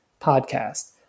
podcast